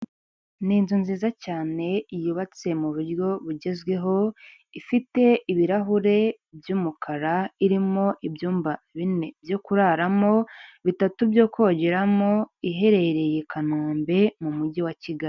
Ni inzu nziza cyane yubatse mu buryo bugezweho, ifite ibirahure by'umukara, irimo ibyumba bine byo kuraramo bitatu byo kongeramo, iherereye i Kanombe mu mujyi wa Kigali.